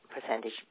Percentage